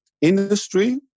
industry